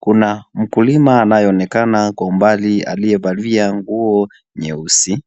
Kuna mkulima anayeonekana Kwa umbali aliyevalia nguo nyeusi.